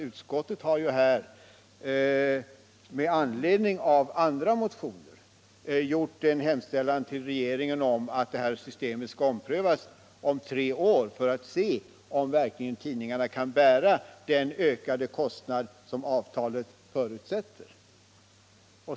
Utskottet har nämligen med anledning av andra motioner föreslagit en hemställan till regeringen att systemet skall omprövas om tre år för att man skall se om tidningarna verkligen kan bära den ökade kostnad som avtalet förutsätter.